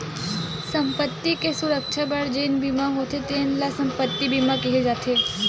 संपत्ति के सुरक्छा बर जेन बीमा होथे तेन ल संपत्ति बीमा केहे जाथे